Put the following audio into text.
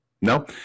No